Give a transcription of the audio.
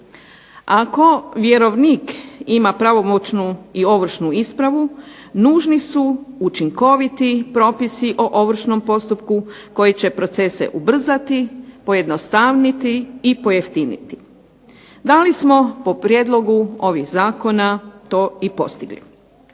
Ako vjerovnik ima pravomoćnu i ovršnu ispravu nužni su učinkoviti propisi o ovršnom postupku koji će procese ubrzati, pojednostavniti i pojeftiniti. Dali smo po prijedlogu ovih zakona to i postigli